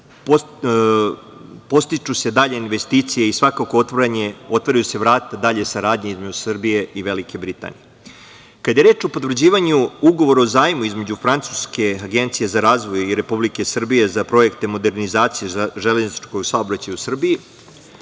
podstiču dalje investicije i otvaraju vrata dalje saradnje između Srbije i Velike Britanije. Kada je reč o potvrđivanju Ugovora o zajmu između francuske Agencije za razvoj i Republike Srbije za projekte modernizacije železničkog saobraćaja u Srbiji,